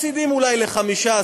ומפסידים אולי לחמישה,